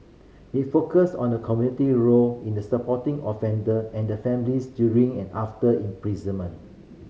it focus on the community role in the supporting offender and the families during and after imprisonment